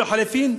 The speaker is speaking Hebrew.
או לחלופין,